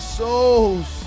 souls